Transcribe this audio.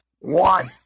One